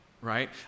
right